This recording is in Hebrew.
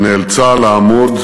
שנאלצה לעמוד